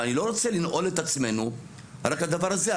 אבל אני לא רוצה לנעול את עצמנו רק לדבר הזה.